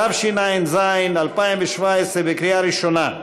תשע"ז 2017, לקריאה ראשונה,